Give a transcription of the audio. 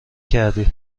کردی